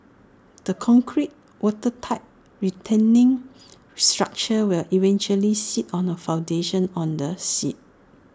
the concrete watertight retaining structure will eventually sit on A foundation on the sea